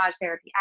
therapy